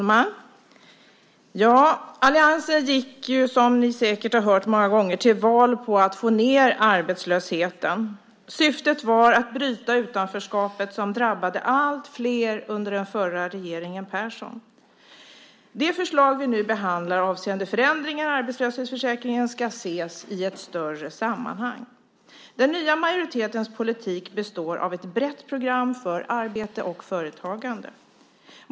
Herr talman! Alliansen gick ju, som ni säkert har hört många gånger, till val på att få ned arbetslösheten. Syftet var att bryta utanförskapet, som drabbade alltfler under den förra regeringen Persson. Det förslag som vi nu behandlar avseende förändringar i arbetslöshetsförsäkringen ska ses i ett större sammanhang. Den nya majoritetens politik består av ett brett program för arbete och företagande.